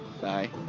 Bye